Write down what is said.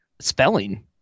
spelling